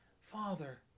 Father